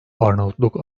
arnavutluk